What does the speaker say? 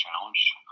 challenge